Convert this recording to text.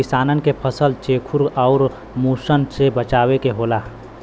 किसानन के फसल चेखुर आउर मुसन से बचावे के होला